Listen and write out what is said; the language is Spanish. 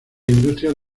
industrias